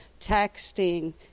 texting